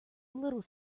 little